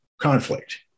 conflict